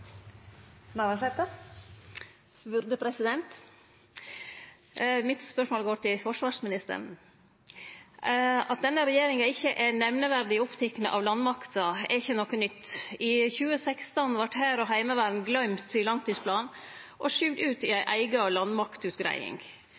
til neste hovedspørsmål. Mitt spørsmål går til forsvarsministeren. At denne regjeringa ikkje er nemneverdig oppteken av landmakta, er ikkje noko nytt. I 2016 vart hær og heimevern gløymde i langtidsplanen og skyvde ut i ei